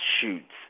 shoots